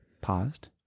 paused